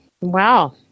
Wow